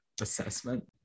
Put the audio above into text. assessment